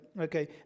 okay